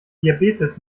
diabetes